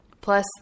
Plus